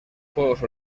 juegos